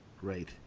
Great